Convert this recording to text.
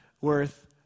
worth